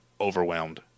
overwhelmed